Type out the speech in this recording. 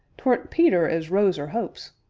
tweren't peter as rose er opes,